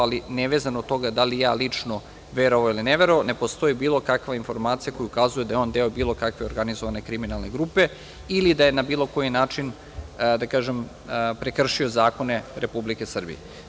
Ali, nevezano za to da li ja lično verovao ili ne verovao, ne postoji bilo kakva informacija koja ukazuje da je on deo bilo kakve organizovane kriminalne grupe ili da je na bilo koji način prekršio zakone Republike Srbije.